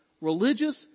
religious